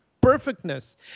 perfectness